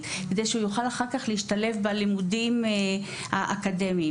כדי שהוא יוכל להשתלב בלימודים האקדמיים